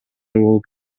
болуп